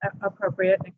appropriate